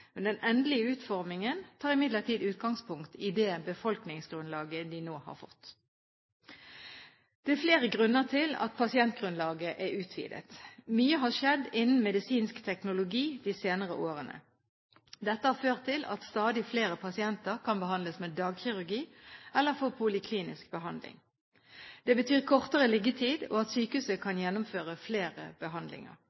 Den endelige utformingen tar imidlertid utgangspunkt i det befolkningsgrunnlaget de nå har fått. Det er flere grunner til at pasientgrunnlaget er utvidet. Mye har skjedd innen medisinsk teknologi de senere årene. Dette har ført til at stadig flere pasienter kan behandles med dagkirurgi eller få poliklinisk behandling. Det betyr kortere liggetid, og at sykehuset